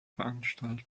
veranstaltung